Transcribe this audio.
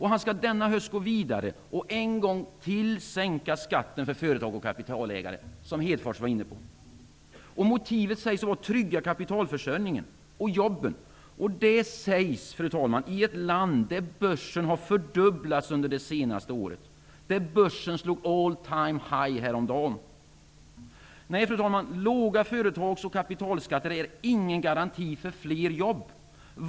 Han skall denna höst gå vidare och en gång till sänka skatten för företag och kapitalägare, vilket Lars Hedfors var inne på. Motivet sägs vara att trygga kapitalförsörjningen och jobben. Detta sägs, fru talman, i ett land där börsen har fördubblats under det senaste året, där börsen slog ''all time high'' häromdagen. Nej, fru talman, låga företags och kapitalskatter är ingen garanti för fler jobb.